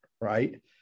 right